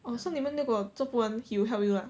!wah! so 你们如果做不完 he'll help you lah